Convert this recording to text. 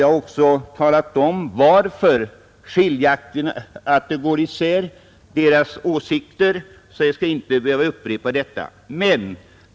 Jag har redan talat om varför de båda förbundens åsikter går isär och behöver inte upprepa detta.